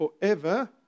forever